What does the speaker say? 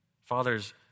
Fathers